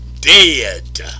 dead